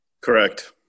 Correct